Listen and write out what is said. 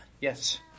Yes